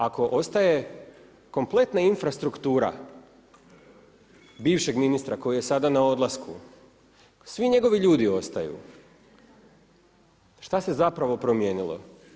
Ako ostaje kompletna infrastruktura bivše ministra koji je sada na odlasku, svi njegovi ljudi ostaju, šta se zapravo promijenilo?